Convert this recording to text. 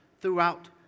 throughout